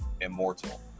immortal